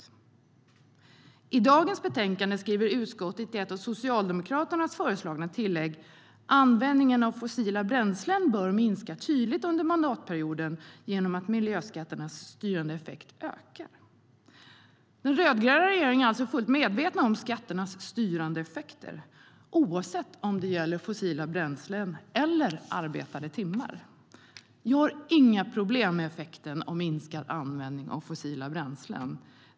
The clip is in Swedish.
"Den rödgröna regeringen är alltså fullt medveten om skatternas styrande effekter, oavsett om det gäller fossila bränslen eller arbetade timmar. Jag har inga problem med effekten av minskad användning av fossila bränslen.